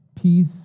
peace